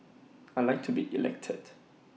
I Like to be elected